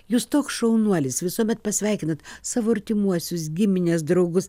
jūs toks šaunuolis visuomet pasveikinat savo artimuosius gimines draugus